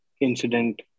incident